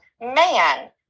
man